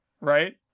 right